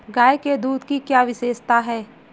गाय के दूध की क्या विशेषता है?